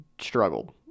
struggled